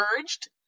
urged